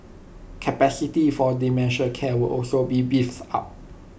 capacity for dementia care will also be beefs up